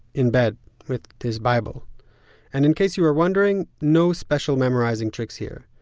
in bed with his bible and in case you were wondering, no special memorizing tricks here.